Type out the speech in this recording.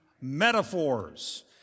Metaphors